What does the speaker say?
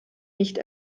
nicht